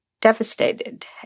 devastated